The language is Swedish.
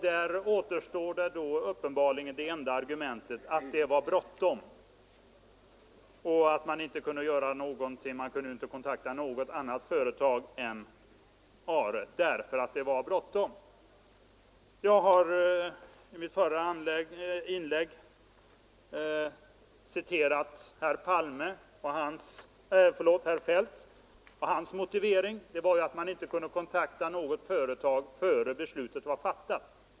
Där återstår uppenbarligen det enda argumentet att det var bråttom och att man därför inte kunde kontakta något annat företag. Jag citerade i mitt förra inlägg herr Feldt. Hans motivering var att man inte kunde kontakta något företag innan beslutet var fattat.